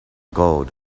gold